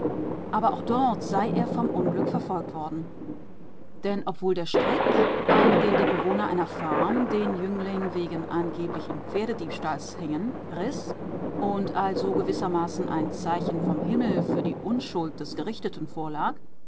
aber auch dort sei er vom unglück verfolgt worden denn obwohl der strick an den die bewohner einer farm den jüngling wegen angeblichen pferdediebstahls hingen riß und also gewissermaßen ein zeichen vom himmel für die unschuld des gerichteten vorlag